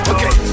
Okay